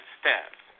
steps